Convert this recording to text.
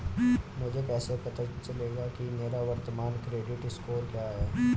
मुझे कैसे पता चलेगा कि मेरा वर्तमान क्रेडिट स्कोर क्या है?